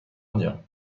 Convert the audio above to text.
indien